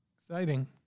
Exciting